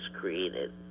created